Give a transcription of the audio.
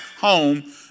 home